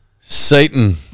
Satan